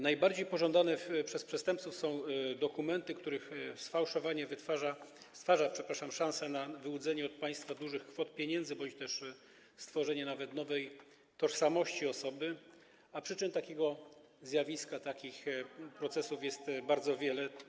Najbardziej pożądane przez przestępców są dokumenty, których sfałszowanie stwarza szansę na wyłudzenie od państwa dużych kwot pieniędzy bądź też stworzenie nawet nowej tożsamości osoby, a przyczyn takiego zjawiska, takich procesów jest bardzo wiele.